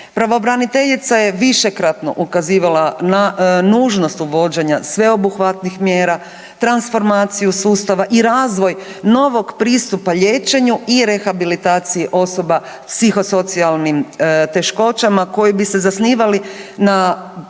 Pravobraniteljica je višekratno ukazivala na nužnost uvođenja sveobuhvatnih mjera, transformaciju sustava i razvoj novog pristupa liječenju i rehabilitaciji osoba s psihosocijalnim teškoćama koji bi se zasnivali na zaštiti